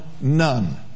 none